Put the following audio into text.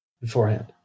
beforehand